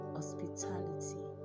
hospitality